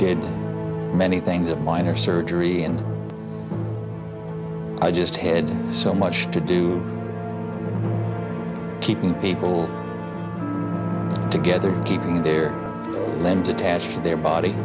did many things of minor surgery and i just head so much to do keeping people together keeping their name detached their body